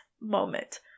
moment